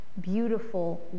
Beautiful